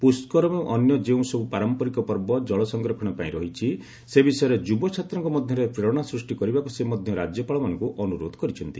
ପୁଷ୍କରମ୍ ଏବଂ ଅନ୍ୟ ଯେଉଁ ସବୁ ପାରମ୍ପରିକ ପର୍ବ ଜଳସଂରକ୍ଷଣ ପାଇଁ ରହିଛି ସେ ବିଷୟରେ ଯୁବଚ୍ଛାତ୍ରଙ୍କ ମଧ୍ୟରେ ପ୍ରେରଣା ସୃଷ୍ଟି କରିବାକୁ ସେ ମଧ୍ୟ ରାଜ୍ୟପାଳମାନଙ୍କୁ ଅନୁରୋଧ କରିଛନ୍ତି